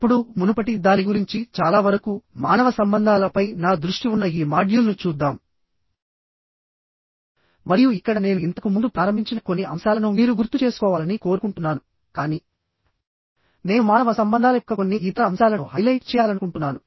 ఇప్పుడు మునుపటి దాని గురించి చాలా వరకు మానవ సంబంధాలపై నా దృష్టి ఉన్న ఈ మాడ్యూల్ను చూద్దాం మరియు ఇక్కడ నేను ఇంతకు ముందు ప్రారంభించిన కొన్ని అంశాలను మీరు గుర్తు చేసుకోవాలని కోరుకుంటున్నాను కానీ నేను మానవ సంబంధాల యొక్క కొన్ని ఇతర అంశాలను హైలైట్ చేయాలనుకుంటున్నాను